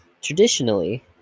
Traditionally